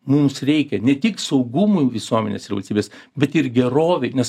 mums reikia ne tik saugumui visuomenės ir valstybės bet ir gerovei nes